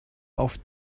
auf